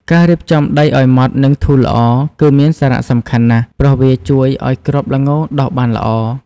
ការរៀបចំដីឲ្យម៉ត់និងធូរល្អ គឺមានសារៈសំខាន់ណាស់ ព្រោះវាជួយឲ្យគ្រាប់ល្ងដុះបានល្អ។